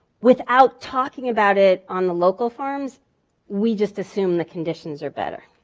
without talking about it on the local farms we just assume the conditions are better.